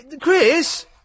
Chris